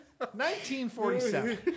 1947